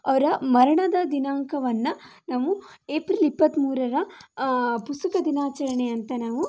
ಅವರ ಮರಣದ ದಿನಾಂಕವನ್ನು ನಾವು ಏಪ್ರಿಲ್ ಇಪ್ಪತ್ತ ಮೂರರ ಪುಸ್ತಕ ದಿನಾಚರಣೆ ಅಂತ ನಾವು